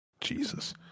Jesus